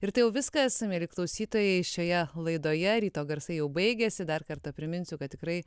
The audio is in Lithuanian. ir tai jau viskas mieli klausytojai šioje laidoje ryto garsai jau baigėsi dar kartą priminsiu kad tikrai